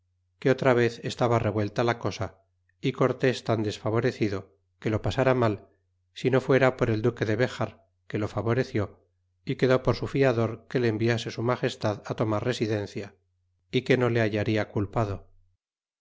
que otra vez estaba revuelta la cosa y cortés tan desfavorecido que lo pasara mal si no fuera por el duque de béjar que lo favoreció y quedó por su fiador que le enviase su magestad tomar residencia é que no le hallarla culpado